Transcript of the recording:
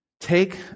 Take